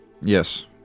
Yes